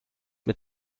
mit